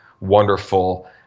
wonderful